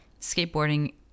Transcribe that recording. skateboarding